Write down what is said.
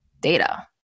data